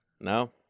No